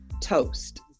toast